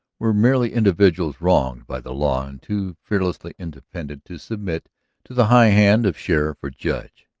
were merely individuals wronged by the law and too fearlessly independent to submit to the high hand of sheriff or judge,